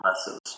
lessons